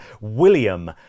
William